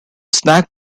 snack